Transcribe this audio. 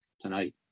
tonight